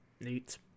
Neat